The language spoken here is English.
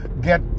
get